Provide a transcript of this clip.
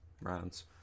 rounds